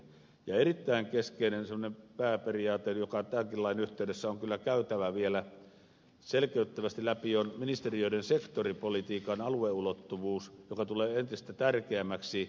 erittäin keskeinen pääperiaate joka tämänkin lain yhteydessä on kyllä käytävä vielä selkeyttävästi läpi on ministeriöiden sektoripolitiikan alueulottuvuus joka tulee entistä tärkeämmäksi